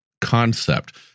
concept